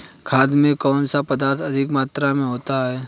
खाद में कौन सा पदार्थ अधिक मात्रा में होता है?